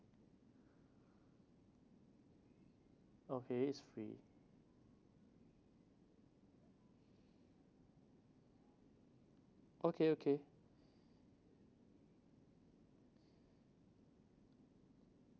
okay it's free okay okay